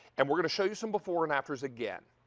and we're going to show you some before and afters again,